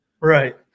Right